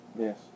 yes